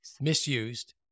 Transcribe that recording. misused